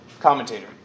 commentator